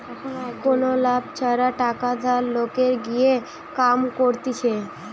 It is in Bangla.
কোনো লাভ ছাড়া টাকা ধার লোকের লিগে কাম করতিছে